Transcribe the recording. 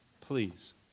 Please